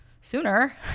sooner